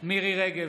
מירי מרים רגב,